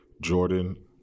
Jordan